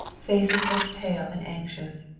faces looked pale and anxious.